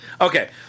Okay